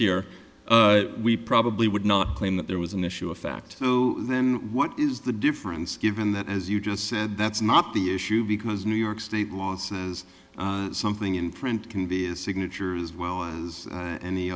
here we probably would not claim that there was an issue of fact so then what is the difference given that as you just said that's not the issue because new york state law says something in print can be a signature as well as a